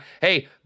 hey